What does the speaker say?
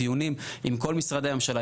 דיונים עם כל משרדי הממשלה,